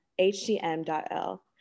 HTM.L